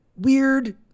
weird